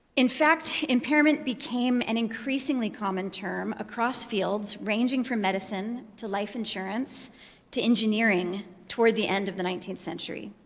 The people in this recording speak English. in fact, fact, impairment became an increasingly common term across fields ranging from medicine to life insurance to engineering toward the end of the nineteenth century.